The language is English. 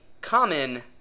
common